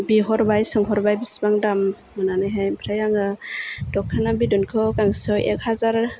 बिहरबाय सोंहरबाय बेसेबां दाम होन्नानैहाय ओमफ्राय आङो दख'ना बिदनखौ गांसेयाव एक हाजार